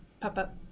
pop-up